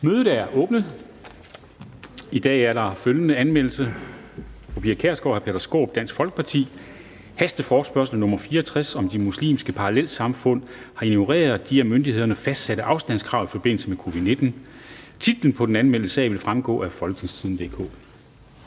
Mødet er åbnet. I dag er der følgende anmeldelse: